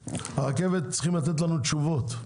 הרכבת צריכים לתת לנו תשובות.